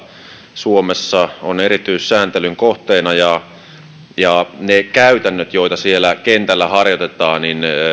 suomessa on erityissääntelyn kohteena ja niitä käytäntöjä joita siellä kentällä harjoitetaan